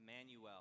Emmanuel